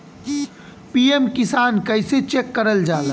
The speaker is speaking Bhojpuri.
पी.एम किसान कइसे चेक करल जाला?